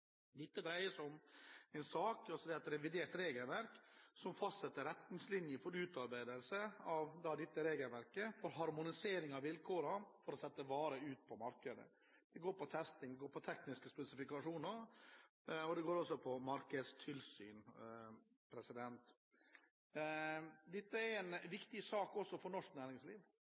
fastsetter retningslinjer for utarbeidelse av revidert regelverk som harmoniserer vilkårene for å sette varer på markedet. Det går på testing, det går på tekniske spesifikasjoner, og det går også på markedstilsyn. Dette er en viktig sak også for norsk næringsliv,